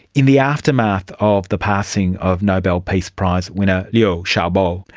in the aftermath of the passing of nobel peace prize winner liu xiaobo,